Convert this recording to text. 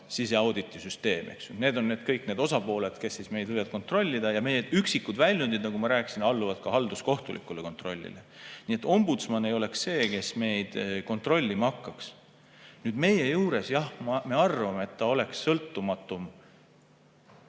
siseauditi süsteem. Need on kõik need osapooled, kes meid võivad kontrollida, ja üksikud väljundid, nagu ma rääkisin, alluvad ka halduskohtulikule kontrollile. Nii et ombudsman ei oleks see, kes meid kontrollima hakkaks. Meie juures, jah, me arvame, et ta oleks sõltumatum.